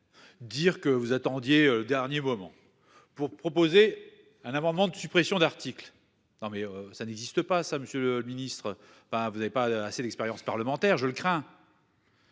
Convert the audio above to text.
Dire que vous attendiez le dernier moment pour proposer un amendement de suppression d'articles. Non mais ça n'existe pas ça. Monsieur le Ministre pas vous n'avez pas assez d'expérience parlementaire, je le crains.